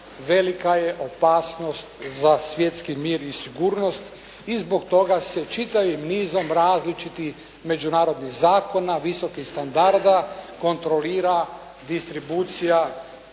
velika je opasnost za svjetski mir i sigurnost i zbog toga se čitavim nizom različitih međunarodnih zakona visokih standarda kontrolira distribucija